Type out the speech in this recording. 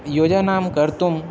योजनां कर्तुम्